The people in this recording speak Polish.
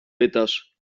pytasz